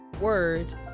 Words